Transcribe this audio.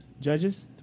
Judges